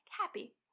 happy